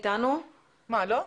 מה, לא?